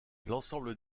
l’ensemble